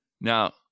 Now